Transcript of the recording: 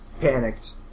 panicked